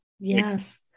yes